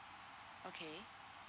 okay